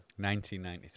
1993